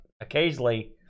occasionally